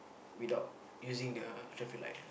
without using the traffic light